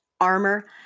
armor